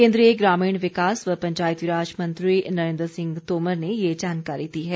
केन्द्रीय ग्रामीण विकास व पंचायती राज मंत्री नरेन्द्र सिंह तोमर ने ये जानकारी दी है